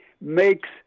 makes